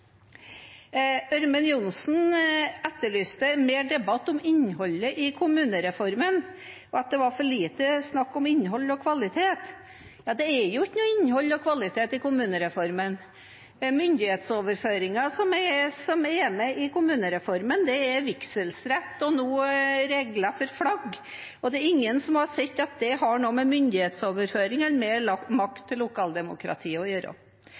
Ørmen Johnsen etterlyste mer debatt om innholdet i kommunereformen, at det var for lite snakk om innhold og kvalitet. Ja, det er jo ikke noe innhold og kvalitet i kommunereformen. Den myndighetsoverføringen som er med i kommunereformen, er vigselsrett og noen regler for flagg. Ingen har sett at det har noe med myndighetsoverføring eller mer makt til lokaldemokratiet å gjøre.